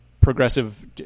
progressive